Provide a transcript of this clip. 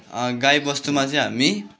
गाई बस्तुमा चाहिँ हामी